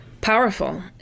Powerful